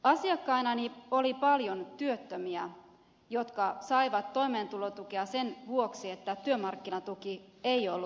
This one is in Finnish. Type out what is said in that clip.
asiakkainani oli paljon työttömiä jotka saivat toimeentulotukea sen vuoksi että työmarkkinatuki ei ollut riittävä